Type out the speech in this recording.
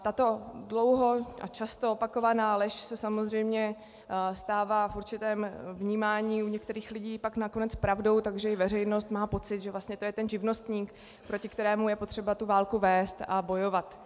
Tato dlouho a často opakovaná lež se samozřejmě stává v určitém vnímání u některých lidí pak nakonec pravdou, takže i veřejnost má pocit, že vlastně to je ten živnostník, proti kterému je potřeba tu válku vést a bojovat.